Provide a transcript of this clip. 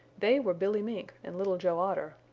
they were billy mink and little joe otter.